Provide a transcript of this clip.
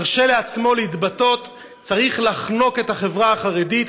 ומרשה לעצמו להתבטא: צריך לחנוק את החברה החרדית,